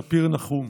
ספיר נחום,